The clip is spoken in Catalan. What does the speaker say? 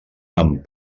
amb